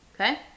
okay